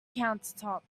countertop